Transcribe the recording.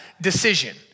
decision